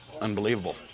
Unbelievable